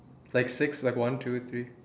like six like one two three